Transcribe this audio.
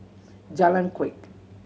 Jalan Kuak